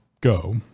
go